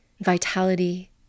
vitality